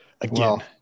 again